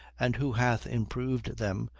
and who hath improved them,